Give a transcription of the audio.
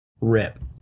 Rip